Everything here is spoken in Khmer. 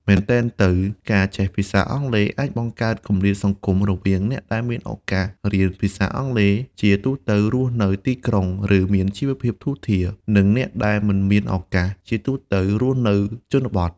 មែនទែនទៅ ការចេះភាសាអង់គ្លេសអាចបង្កើតគម្លាតសង្គមរវាងអ្នកដែលមានឱកាសរៀនភាសាអង់គ្លេស (ជាទូទៅរស់នៅទីក្រុង ឬមានជីវភាពធូរធារ) និងអ្នកដែលមិនមានឱកាស (ជាទូទៅរស់នៅជនបទ)។